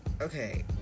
okay